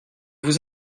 vous